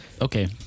Okay